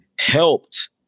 helped